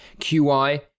QI